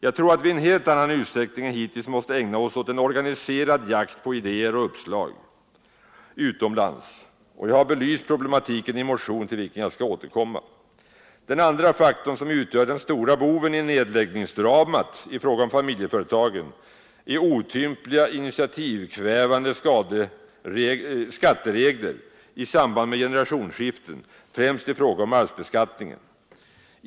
Jag tror att vi i en helt annan utsträckning än hittills måste ägna oss åt en organiserad jakt på idéer och uppslag utomlands, och jag har belyst problematiken i en motion, till vilken jag skall återkom ma. Den andra faktorn — som utgör den stora boven i nedläggningsdramat när det gäller familjeföretagen — är otympliga och initiativkvävande skatteregler i samband med generationsskiften, främst i fråga om arvsbeskattningen.